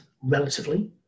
relatively